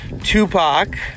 Tupac